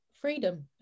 freedom